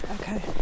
Okay